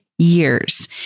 years